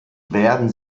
werden